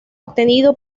obtenido